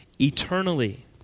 eternally